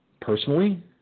personally